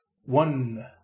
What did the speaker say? one